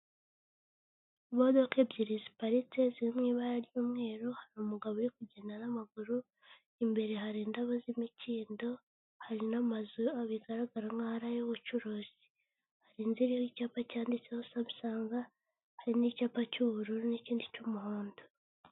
Imodoka ebyiri ziparitse ziri mu ibara ry'umweru, hari umugabo uri kugenda n'amaguru, imbere hari indabo z'imikindo, hari n'amazu aho bigaragara nkaho ari ay'ubucuruzi, hari inzu iriho icyapa cyanditseho Samusanga, hari n'icyapa cy'ubururu n'ikindi cy'umuhondo.